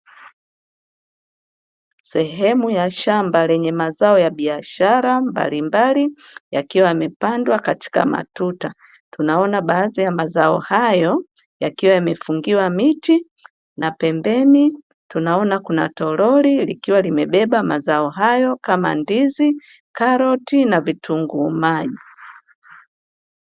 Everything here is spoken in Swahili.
Sehemu ya shamba lenye mazao ya biashara mbalimbali, yakiwa yamepandwa katika matuta. Tunaona baadhi ya mazao hayo yakiwa yamefungiwa miti, na pembeni tunaona kuna toroli likiwa limebeba mazao hayo kama: ndizi, karoti na vitunguu maji.